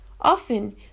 Often